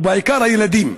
ובעיקר הילדים.